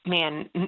man